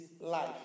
life